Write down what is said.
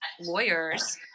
lawyers